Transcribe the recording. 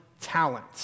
talent